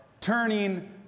turning